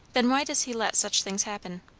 then why does he let such things happen?